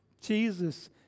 Jesus